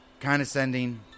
condescending